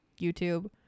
youtube